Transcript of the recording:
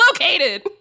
located